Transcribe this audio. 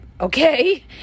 Okay